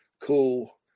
cool